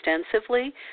extensively